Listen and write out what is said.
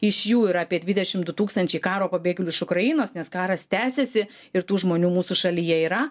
iš jų yra apie dvidešim du tūkstančiai karo pabėgėlių iš ukrainos nes karas tęsiasi ir tų žmonių mūsų šalyje yra